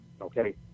okay